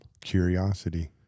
Curiosity